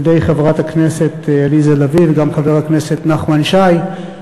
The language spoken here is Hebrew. על-ידי חברת הכנסת עליזה לביא וגם חבר הכנסת נחמן שי,